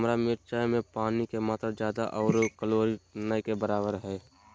हरा मिरचाय में पानी के मात्रा ज्यादा आरो कैलोरी नय के बराबर हइ